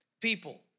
people